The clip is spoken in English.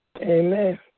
Amen